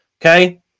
okay